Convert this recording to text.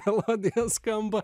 melodija skamba